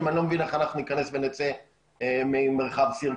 אני לא מבין איך אנחנו ניכנס ונצא ממרחב סירקין.